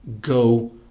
go